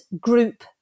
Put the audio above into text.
group